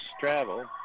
travel